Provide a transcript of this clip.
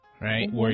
Right